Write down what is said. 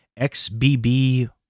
XBB